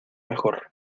mejor